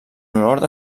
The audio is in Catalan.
honor